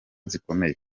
zikomeye